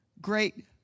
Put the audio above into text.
Great